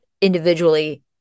individually